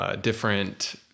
different